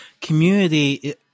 community